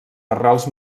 arrels